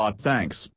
Thanks